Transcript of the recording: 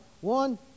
one